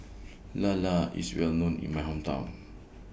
Lala IS Well known in My Hometown